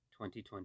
2020